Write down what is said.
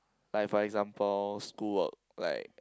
like for example school work like